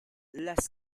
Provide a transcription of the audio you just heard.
las